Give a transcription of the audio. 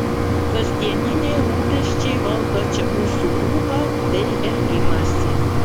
kasdieniniai rūpesčiai valdo čia mūsų ūpą bei elgimąsi